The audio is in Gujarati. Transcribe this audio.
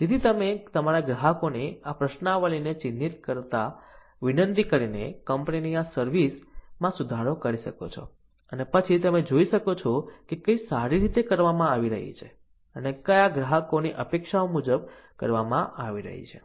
તેથી તમે તમારા ગ્રાહકોને આ પ્રશ્નાવલીને ચિહ્નિત કરવા વિનંતી કરીને કંપનીની આ સર્વિસ માં સુધારો કરી શકો છો અને પછી તમે જોઈ શકો છો કે કઈ સારી રીતે કરવામાં આવી રહી છે અને કઈ ગ્રાહકોની અપેક્ષાઓ મુજબ કરવામાં આવી રહી છે